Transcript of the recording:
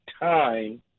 time